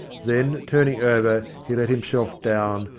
then, turning over, he let himself down,